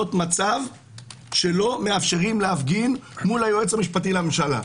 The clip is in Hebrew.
מצב שלא מאפשרים להפגין מול היועץ המשפטי לממשלה.